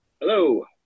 Hello